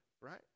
right